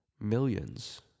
millions